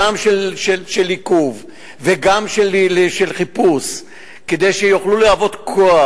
גם של עיכוב וגם של חיפוש כדי שיוכלו להוות כוח,